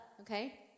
okay